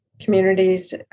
communities